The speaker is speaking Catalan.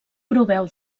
proveu